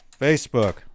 Facebook